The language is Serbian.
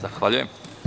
Zahvaljujem.